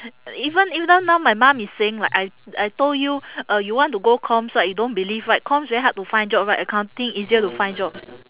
even even now my mum is saying like I I told you uh you want to go comms right you don't believe right comms very hard to find job right accounting easier to find job